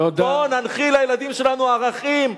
פה ננחיל לילדים שלנו ערכים,